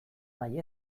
nahi